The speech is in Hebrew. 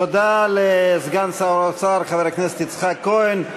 תודה לסגן שר האוצר חבר הכנסת יצחק כהן.